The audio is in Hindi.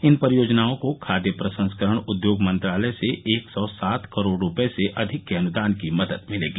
इन परियोजनाओं को खाद्य प्रसंस्करण उद्योग मंत्रालय से एक सौ सात करोड़ रुपये से अधिक के अनुदान की मदद मिलेगी